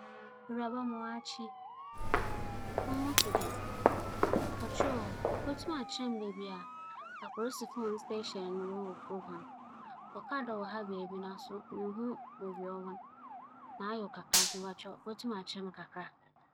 Owura meserɛ wo mema wo akye. Morohwehwɛ bea aporisifo wͻwͻ na mesanee fir kaar mu no, asɛm a wͻkaa kyerɛ me nye dɛ me mbra m'enyim nna Nyame n'adom mebehyia wo yi. Obi abɛfa m'adze seseiara na adze no ͻsom mo bo na ͻwͻ dɛ mokͻbͻ amandzɛɛ ntsi meserɛ wo kyerɛ me kwan na annyɛ a adze no a ayew no munnko hu.